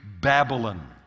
Babylon